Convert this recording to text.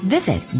Visit